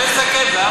אני עולה לסכם, זהבה.